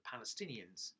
Palestinians